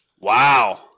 Wow